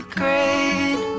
great